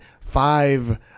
five